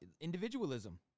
individualism